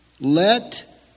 let